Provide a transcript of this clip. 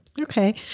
Okay